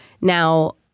Now